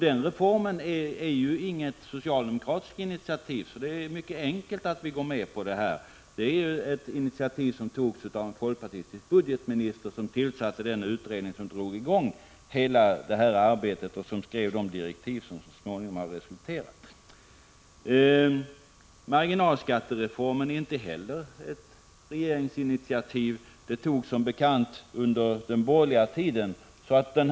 Denna reform har inte kommit till på något socialdemokratiskt initiativ. Det är därför mycket lätt för oss att gå med på detta. Initiativet till denna reform togs av en folkpartistisk budgetminister. Han tillsatte den utredning som drog i gång hela detta arbete och skrev de direktiv som sedan har gett resultat. Marginalskattereformen är inte heller ett socialdemokratiskt regeringsinitiativ. Detta initiativ togs som bekant under den borgerliga regeringstiden.